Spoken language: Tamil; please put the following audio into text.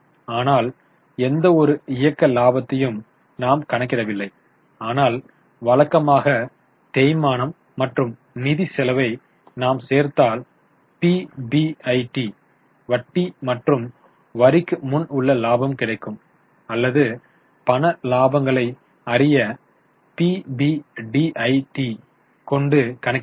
ஆனால் எந்த ஒரு இயக்க லாபத்தையும் நாம் கணக்கிடவில்லை ஆனால் வழக்கமாக தேய்மானம் மற்றும் நிதி செலவை நாம் சேர்த்தால் பிபிஐடி வட்டி மற்றும் வரிக்கு முன் உள்ள லாபம் கிடைக்கும் அல்லது பண இலாபங்களை அறிய பிபிடிஐடியை கொண்டு கணக்கிடலாம்